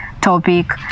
topic